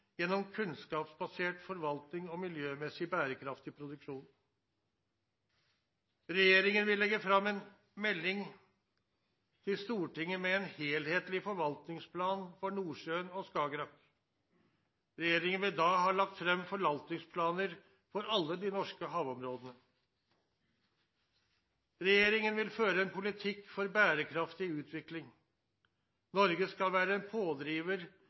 gjennom kunnskapsbasert forvaltning og miljømessig bærekraftig produksjon. Regjeringen vil legge fram en melding til Stortinget med en helhetlig forvaltningsplan for Nordsjøen med Skagerrak. Regjeringen vil da ha lagt fram forvaltningsplaner for alle de norske havområdene. Regjeringen vil føre en politikk for bærekraftig utvikling. Norge skal være en pådriver